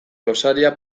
gosaria